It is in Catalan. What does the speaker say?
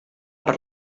per